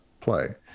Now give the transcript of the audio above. play